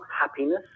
happiness